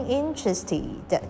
interested